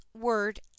word